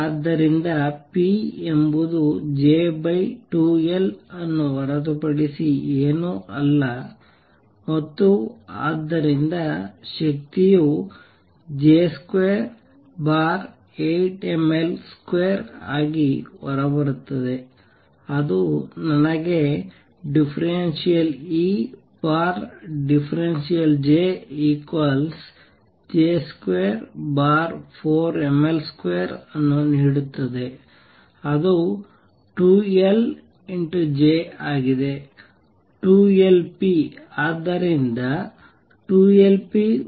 ಆದ್ದರಿಂದ p ಎಂಬುದು J2L ಅನ್ನು ಹೊರತುಪಡಿಸಿ ಏನೂ ಅಲ್ಲ ಮತ್ತು ಆದ್ದರಿಂದ ಶಕ್ತಿಯು J28mL2 ಆಗಿ ಹೊರಬರುತ್ತದೆ ಅದು ನನಗೆ ∂E∂JJ24mL2 ಅನ್ನು ನೀಡುತ್ತದೆ ಅದು 2L J ಆಗಿದೆ 2L p ಆದ್ದರಿಂದ 2Lp4mL2